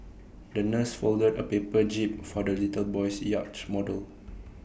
the nurse folded A paper jib for the little boy's yacht model